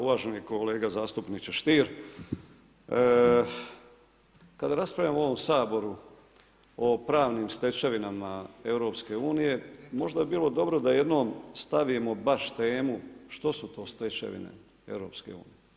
Uvaženi kolega zastupniče Stier, kada raspravljamo u ovom Saboru o pravnim stečevinama EU možda bi bilo dobro da jednom stavimo baš temu što su to stečevine EU.